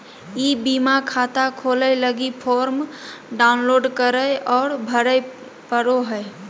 ई बीमा खाता खोलय लगी फॉर्म डाउनलोड करे औरो भरे पड़ो हइ